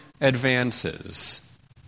advances